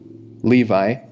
Levi